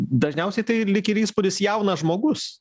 dažniausiai tai lyg ir įspūdis jaunas žmogus